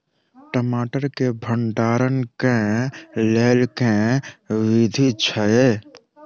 टमाटर केँ भण्डारण केँ लेल केँ विधि छैय?